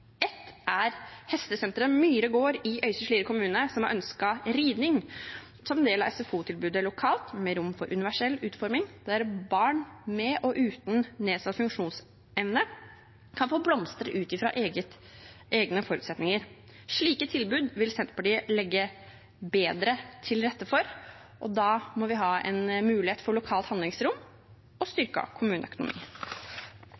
Ett er hestesenteret Myhre gård i Øystre Slidre kommune, som har ønsket ridning som en del av SFO-tilbudet lokalt, med rom for universell utforming, der barn med og uten nedsatt funksjonsevne kan få blomstre ut fra egne forutsetninger. Slike tilbud vil Senterpartiet legge bedre til rette for, og da må vi ha en mulighet for lokalt handlingsrom og